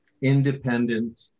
independent